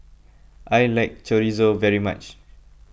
I like Chorizo very much